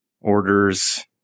orders